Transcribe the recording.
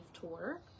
tour